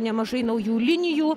nemažai naujų linijų